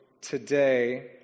today